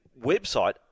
website